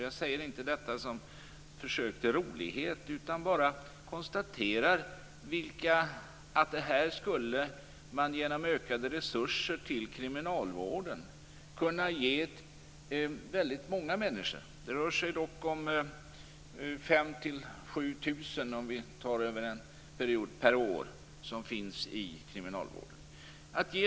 Jag säger inte detta som ett försök till rolighet, utan jag bara konstaterar att man genom ökade resurser till kriminalvården skulle kunna ge väldigt många människor där - det rör sig om 5 000-7 000 per år - möjligheter att lära sig läsa och skriva.